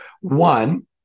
one